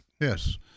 Yes